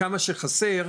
כמה שחסר,